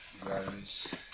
guys